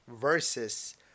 versus